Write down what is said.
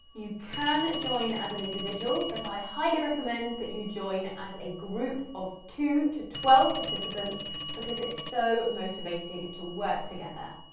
you can join as an individual, but i highly recommend that you join as a group of two to twelve participants because it's so motivating to work together.